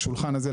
בשולחן הזה,